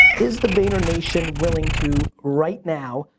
is the vaynernation willing to, right now,